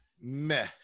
meh